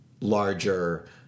larger